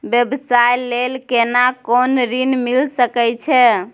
व्यवसाय ले केना कोन ऋन मिल सके छै?